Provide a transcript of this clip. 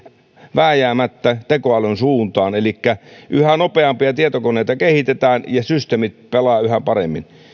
vääjäämättä tekoälyn suuntaan elikkä yhä nopeampia tietokoneita kehitetään ja systeemit pelaavat yhä paremmin